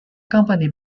company